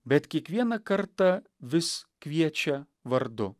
bet kiekvieną kartą vis kviečia vardu